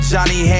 Johnny